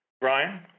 Brian